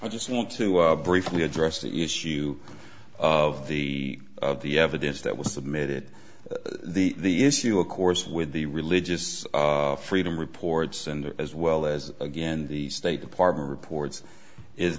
i just want to briefly address the issue of the of the evidence that was submitted the issue of course with the religious freedom reports and as well as again the state department reports is